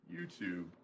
YouTube